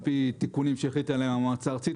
על פי תיקונים שתחליט עליהם המועצה הארצית,